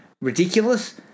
ridiculous